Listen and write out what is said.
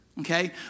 okay